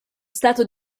stato